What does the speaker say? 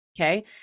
okay